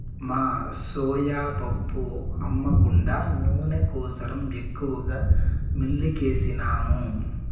మా సోయా పప్పు అమ్మ కుండా నూనె కోసరం ఎక్కువగా మిల్లుకేసినాము